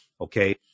Okay